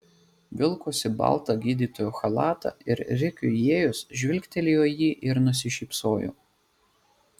vilkosi baltą gydytojo chalatą ir rikiui įėjus žvilgtelėjo į jį ir nusišypsojo